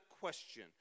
question